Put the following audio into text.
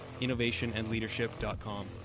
innovationandleadership.com